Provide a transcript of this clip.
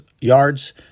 yards